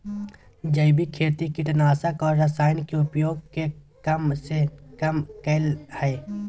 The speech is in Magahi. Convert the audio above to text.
जैविक खेती कीटनाशक और रसायन के उपयोग के कम से कम करय हइ